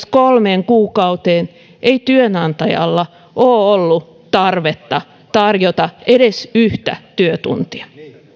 jos kolmeen kuukauteen ei työnantajalla ole ollut tarvetta tarjota edes yhtä työtuntia